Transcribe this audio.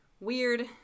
weird